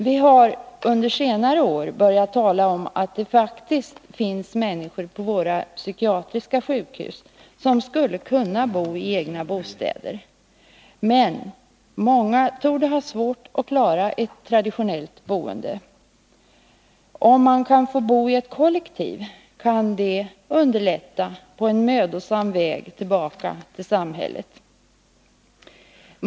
Vi har under senare år börjat tala om att det faktiskt finns människor på våra psykiatriska sjukhus som skulle kunna bo i egna bostäder. Men många torde ha svårt att klara ett traditionellt boende. Om man kan få bo i ett kollektiv kan det underlätta en mödosam väg tillbaka till samhället.